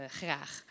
graag